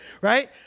right